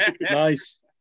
Nice